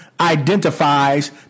identifies